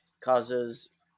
causes